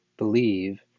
Believe